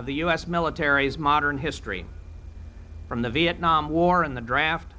of the u s military's modern history from the vietnam war and the draft